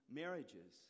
marriages